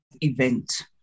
event